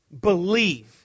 believe